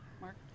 Mark